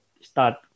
start